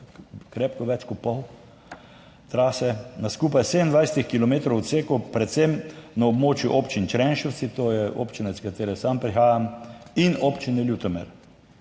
krepko več kot pol trase, na skupaj 27 kilometrov odsekov, predvsem na območju občin Črenšovci, to je občine, iz katere sam prihajam in občine Ljutomer.